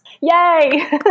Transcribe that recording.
Yay